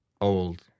old